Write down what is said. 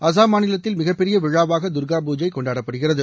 அசாம் மாநிலத்தில் மிகப்பெரிய விழாவாக தர்கா பூஜை கொண்டாடப்படுகிறது